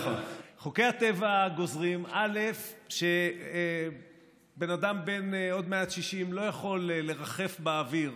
חוקי הטבע גוזרים: בן אדם בן עוד מעט 60 לא יכול לרחף באוויר